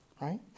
right